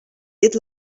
dit